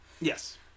Yes